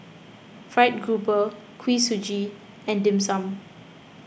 Fried Grouper Kuih Suji and Dim Sum